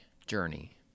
Journey